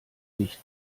nicht